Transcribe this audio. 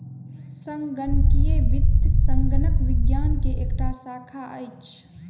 संगणकीय वित्त संगणक विज्ञान के एकटा शाखा अछि